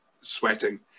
sweating